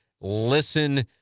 listen